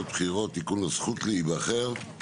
(בחירות) (תיקון הזכות להיבחר),